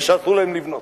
ושאסור להם לבנות.